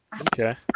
Okay